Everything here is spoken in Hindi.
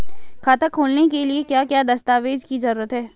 खाता खोलने के लिए क्या क्या दस्तावेज़ की जरूरत है?